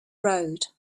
road